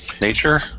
nature